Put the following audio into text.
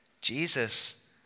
Jesus